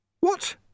What